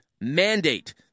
mandate